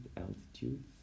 altitudes